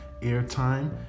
airtime